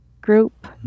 group